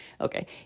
Okay